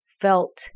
felt